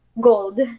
gold